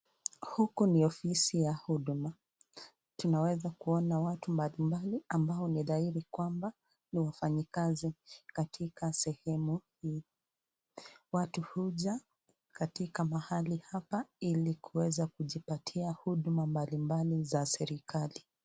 Huku ni ofisi ya huduma, tunaweza kuona watu mbali mbali ambao ni dhahiri kwamba ni wafanyi kazi katika sehemu hii, watu huja mahali hapa ili kuweza kujipatia huduma mbali mbali za serikali.